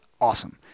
awesome